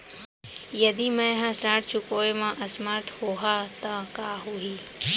यदि मैं ह ऋण चुकोय म असमर्थ होहा त का होही?